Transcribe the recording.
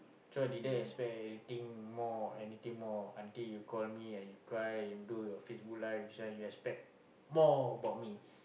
so I didn't expect think more anything more until you call me and you cry you do your facebook like this one you expect more about me